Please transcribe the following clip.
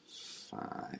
five